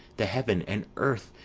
the heaven, and earth?